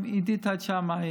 גם עידית הייתה שם,